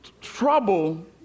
trouble